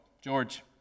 George